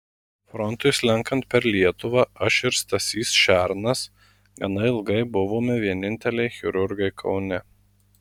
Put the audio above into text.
frontui slenkant per lietuvą aš ir stasys šernas gana ilgai buvome vieninteliai chirurgai kaune